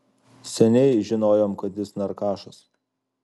seniai žinojom kad jis narkašas